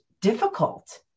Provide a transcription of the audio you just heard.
difficult